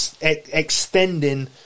extending